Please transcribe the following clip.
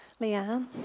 Leanne